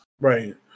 Right